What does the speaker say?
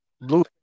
Blue